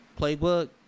playbook